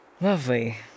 Lovely